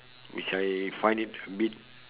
which I find it a bit